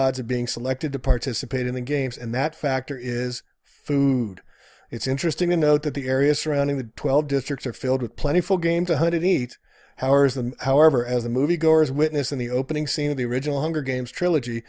odds of being selected to participate in the games and that factor is food it's interesting to note that the areas surrounding the twelve districts are filled with plentiful game two hundred eight hours and however as the movie goers witness in the opening scene of the original hunger games trilogy